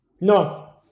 No